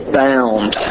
bound